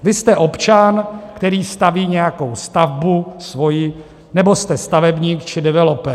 Vy jste občan, který staví nějakou stavbu, svoji, nebo jste stavebník či developer.